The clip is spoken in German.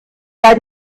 bei